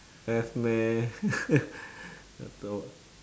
have meh I thought